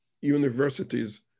universities